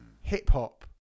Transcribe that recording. hip-hop